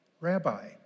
Rabbi